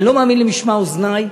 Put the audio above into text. אני לא מאמין למשמע אוזני,